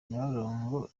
nyabarongo